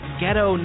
ghetto